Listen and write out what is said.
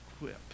equip